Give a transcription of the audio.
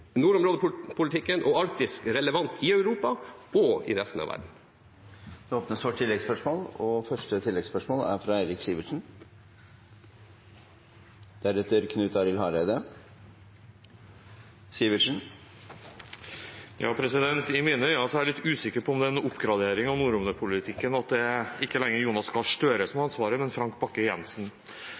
og Arktis relevant i Europa og i resten av verden. Det blir oppfølgingsspørsmål – først Eirik Sivertsen. Sett med mine øyne er det litt usikkert om det er en oppgradering av nordområdepolitikken at det ikke lenger er Jonas Gahr Støre som har ansvaret, men Frank